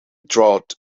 drought